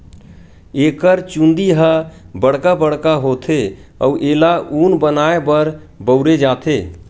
एकर चूंदी ह बड़का बड़का होथे अउ एला ऊन बनाए बर बउरे जाथे